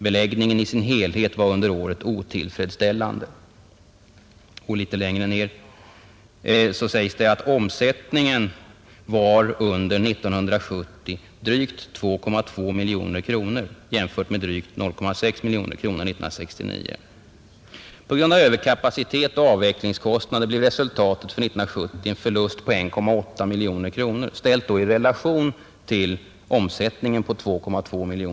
Beläggningen i sin helhet var under året otillfredsställande.” Litet längre ned sägs det: ”Omsättningen var under 1970 drygt 2,2 mkr jämfört med drygt 0,6 mkr 1969. På grund av överkapacitet och avvecklingskostnader blev resultatet för 1970 en förlust på 1,8 mkr” — ställt i relation till omsättningen 2,2 mkr.